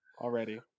already